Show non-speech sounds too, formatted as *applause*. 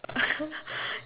*laughs*